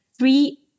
three